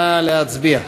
נא להצביע.